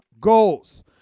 goals